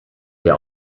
der